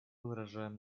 выражаем